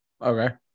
Okay